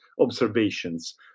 observations